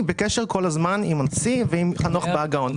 אני בקשר כל הזמן עם הנשיא ועם חנוך בהגאון.